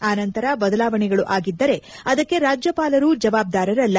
ಆನಂತರ ಬದಲಾವಣೆಗಳು ಆಗಿದ್ದರೆ ಅದಕ್ಕೆ ರಾಜ್ಯಪಾಲರು ಜವಾಬ್ದಾರರಲ್ಲ